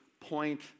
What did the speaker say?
point